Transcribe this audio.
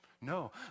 No